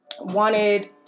wanted